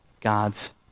God's